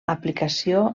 aplicació